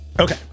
Okay